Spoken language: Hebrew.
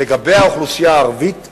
לגבי האוכלוסייה הערבית והדרוזית,